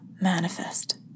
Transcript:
manifest